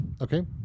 Okay